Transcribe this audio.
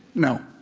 no.